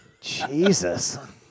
Jesus